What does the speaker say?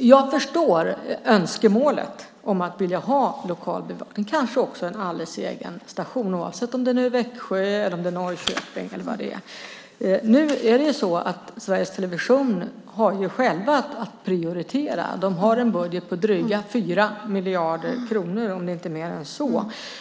Jag förstår önskemålet om lokal bevakning, kanske också en alldeles egen station, oavsett om den finns i Växjö, Norrköping eller någon annanstans. Nu är det så att Sveriges Television själv har att prioritera. Man har en budget på drygt 4 miljarder kronor, om det inte är mer än så.